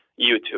YouTube